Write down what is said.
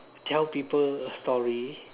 tell people a story